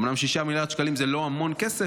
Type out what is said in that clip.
אומנם 6 מיליארד שקלים זה לא המון כסף